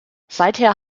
seither